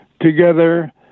together